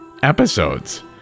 Episodes